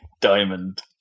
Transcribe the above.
diamond